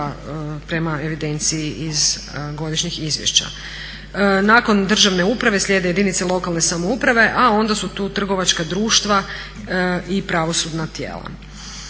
prema evidenciji iz godišnjih izvješća. Nakon državne uprave slijede jedinice lokalne samouprave a onda su tu trgovačka društva i pravosudna tijela.